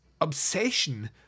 obsession